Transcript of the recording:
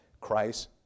Christ